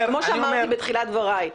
שאמרתי בתחילת דבריי,